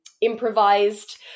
improvised